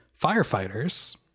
firefighters